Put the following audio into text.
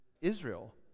Israel